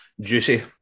Juicy